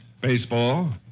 Baseball